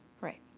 Right